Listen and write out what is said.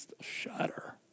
Shudder